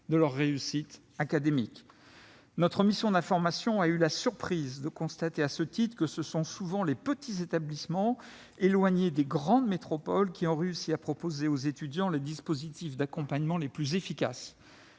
de leur réussite académique. Notre mission d'information a eu la surprise de constater, à cet égard, que ce sont souvent les petits établissements, éloignés des grandes métropoles, qui ont réussi à proposer aux étudiants les dispositifs d'accompagnement les plus efficaces.